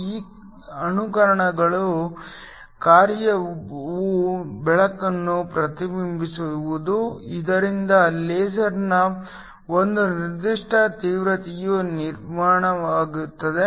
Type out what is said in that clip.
ಈ ಅನುರಣಕಗಳ ಕಾರ್ಯವು ಬೆಳಕನ್ನು ಪ್ರತಿಬಿಂಬಿಸುವುದು ಇದರಿಂದ ಲೇಸರ್ನ ಒಂದು ನಿರ್ದಿಷ್ಟ ತೀವ್ರತೆಯು ನಿರ್ಮಾಣವಾಗುತ್ತದೆ